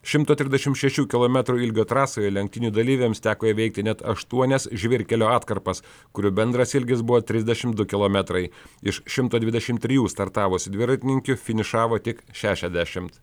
šimto trisdešim šešių kilometrų ilgio trasoje lenktynių dalyviams teko įveikti net aštuonias žvyrkelio atkarpas kurių bendras ilgis buvo trisdešimt du kilometrai iš šimto dvidešimt trijų startavusių dviratininkių finišavo tik šešiasdešimt